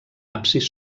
absis